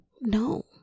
no